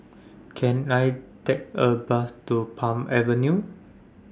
Can I Take A Bus to Palm Avenue